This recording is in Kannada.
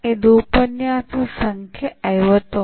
ಇದು ಉಪನ್ಯಾಸ ಸಂಖ್ಯೆ 59